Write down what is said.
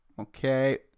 Okay